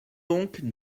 donc